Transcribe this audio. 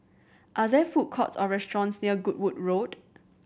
are there food courts or restaurants near Goodwood Road